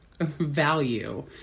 value